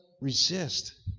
resist